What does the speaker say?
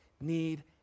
need